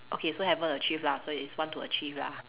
okay so haven't achieved lah so it's want to achieve lah